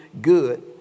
good